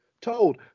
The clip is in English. told